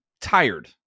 tired